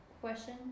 question